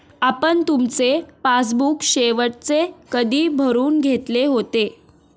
आपण तुमचे पासबुक शेवटचे कधी भरून घेतले होते?